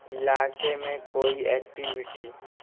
علاقے میں کوئی ایکٹیویٹی